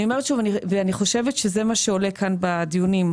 אני אומרת שוב ואני חושבת שזה מה שעולה כאן בדיונים,